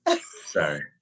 Sorry